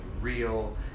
real